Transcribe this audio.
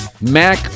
Mac